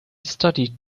studied